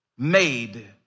made